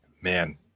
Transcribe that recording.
man